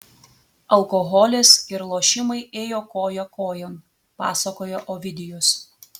alkoholis ir lošimai ėjo koja kojon pasakoja ovidijus